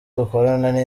dukorana